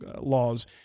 laws